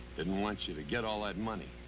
didn't want you to get all that money.